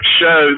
show